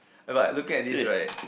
but looking at this right